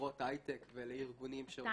לחברות הייטק ולארגונים שרוצים -- אתה